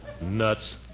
Nuts